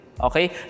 Okay